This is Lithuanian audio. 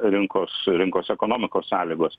rinkos rinkos ekonomikos sąlygos